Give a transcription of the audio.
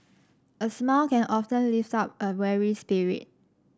a smile can often lift up a weary spirit